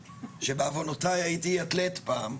שבעוונותי הייתי אתלט פעם.